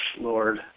Lord